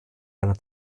einer